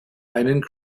einen